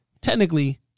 Technically